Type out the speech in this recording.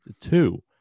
two